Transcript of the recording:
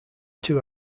two